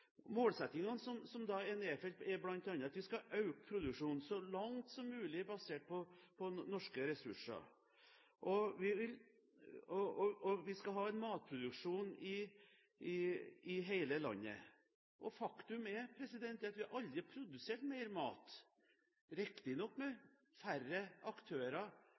Målsettingene som er nedfelt, er bl.a. at vi skal øke produksjonen – så langt som mulig basert på norske ressurser. Vi skal ha en matproduksjon i hele landet. Faktum er at vi aldri har produsert mer mat, riktignok med færre aktører